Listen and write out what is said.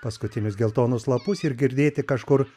paskutinius geltonus lapus ir girdėti kažkur